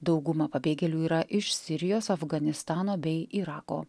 dauguma pabėgėlių yra iš sirijos afganistano bei irako